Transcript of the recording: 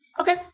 Okay